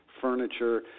furniture